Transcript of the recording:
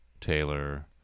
Taylor